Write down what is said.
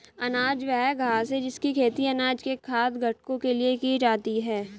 अनाज वह घास है जिसकी खेती अनाज के खाद्य घटकों के लिए की जाती है